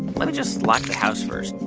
let me just lock the house first